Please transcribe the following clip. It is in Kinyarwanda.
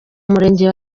murenge